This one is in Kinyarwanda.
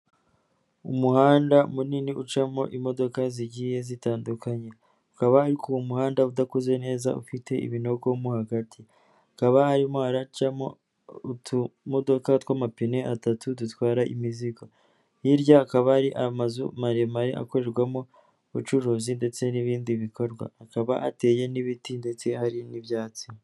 Umuhanda munini ucamo imodoka zigiye zitandukanye, ukaba ariko uwo muhanda udakoze neza ufite ibinogo mo hagati, hakaba harimo hacamo utumodoka tw'amapine atatu dutwara imizigo, hirya hakaba ari amazu maremare akorerwamo ubucuruzi, ndetse n'ibindi bikorwa, hakaba hateye n'ibiti ndetse hari n'ibyatsi.